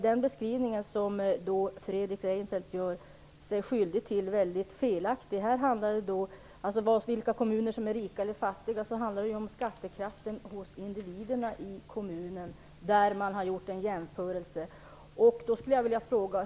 Den beskrivning som Fredrik Reinfeldt gör sig skyldig till beträffande skattekraften är felaktig. I fråga om vilka kommuner som är rika eller fattiga handlar det ju om skattekraften hos individerna i kommunen. Där har en jämförelse gjorts.